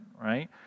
Right